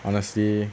honestly